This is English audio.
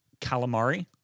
calamari